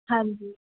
ਹਾਂਜੀ